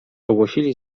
ogłosili